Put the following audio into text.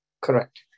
Correct